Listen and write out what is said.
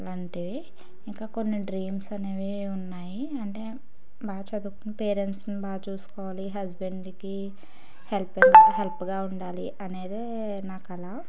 లాంటివి ఇంకా కొన్ని డ్రీమ్స్ అనేవి ఉన్నాయి అంటే బా చదువుకున్న పేరెంట్స్ని బాగా చూసుకోవాలి హస్బెండ్కి హెల్ప్గా హెల్ప్గా ఉండాలి అనేది నా కల